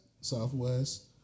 Southwest